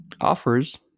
offers